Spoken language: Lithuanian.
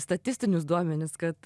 statistinius duomenis kad